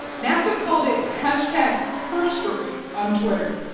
nasa called it hashtag herstory on twitter,